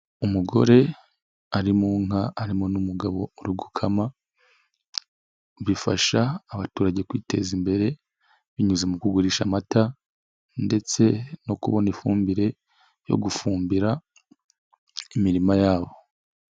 Umugore ari mu nka, harimo n'umugabo uri gukama. Bifasha abaturage kwiteza imbere binyuze mu kugurisha amata ndetse no kubona ifumbire yo gufumbira imirima yabo.